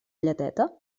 lleteta